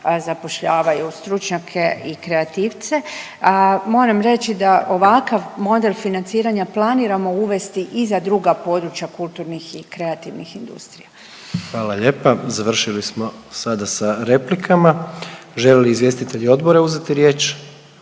zapošljavaju stručnjake i kreativce. A moram reći da ovakav model financiranja planiramo uvesti i za druga područja kulturnih i kreativnih industrija. **Jandroković, Gordan (HDZ)** Hvala lijepa. Završili smo sada sa replikama. Žele li izvjestitelji odbora uzeti riječ?